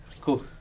Cool